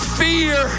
fear